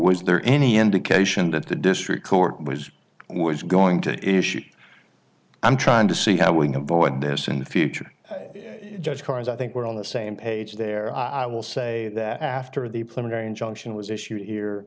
was there any indication that the district court was was going to issue i'm trying to see how we can avoid this in the future judge cars i think we're on the same page there i will say that after the plenary injunction was issued here